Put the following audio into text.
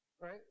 right